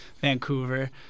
vancouver